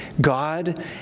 God